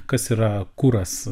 kas yra kuras